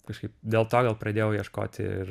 kažkaip dėl to gal pradėjau ieškoti ir